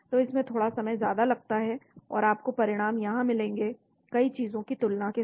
तो इसमें थोड़ा समय ज्यादा लगता है और आपको परिणाम यहां मिलेंगे कई चीजों की तुलना के साथ